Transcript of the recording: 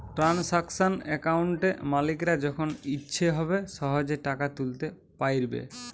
transaction অ্যাকাউন্টে মালিকরা যখন ইচ্ছে হবে সহেজে টাকা তুলতে পাইরবে